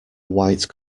white